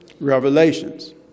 Revelations